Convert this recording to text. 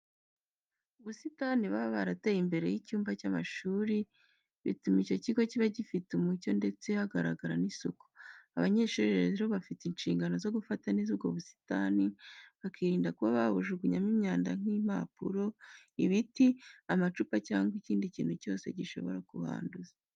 Ubusitani baba barateye imbere y'ibyumba by'amashuri bituma icyo kigo kiba gifite umucyo ndetse hagaragara n'isuku. Abanyeshuri rero, bafite inshingano zo gufata neza ubwo busitani, bakirinda kuba babujugunyamo imyanda nk'impapuro, ibiti, amacupa cyangwa ikindi kintu cyose gishobora kuhanduza.